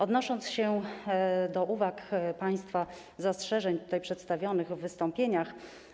Odniosę się do uwag, państwa zastrzeżeń przedstawionych w wystąpieniach.